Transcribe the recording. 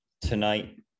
tonight